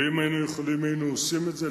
ואם היינו יכולים היינו עושים את זה,